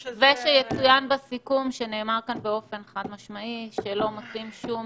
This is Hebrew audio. שיצוין בסיכום שנאמר כאן באופן חד משמעי שלא מוצאים שום